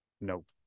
Nope